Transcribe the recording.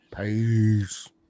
Peace